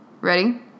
Ready